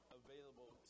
available